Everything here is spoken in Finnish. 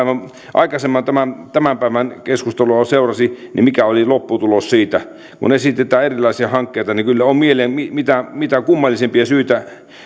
aikaisempaa tämän tämän päivän keskustelua seurasi niin mikä oli lopputulos siitä kun esitetään erilaisia hankkeita niin kyllä on mitä mitä kummallisimpia syitä